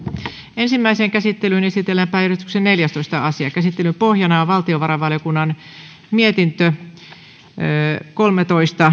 ensimmäiseen käsittelyyn esitellään päiväjärjestyksen neljästoista asia käsittelyn pohjana on valtiovarainvaliokunnan mietintö kolmetoista